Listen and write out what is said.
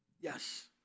Yes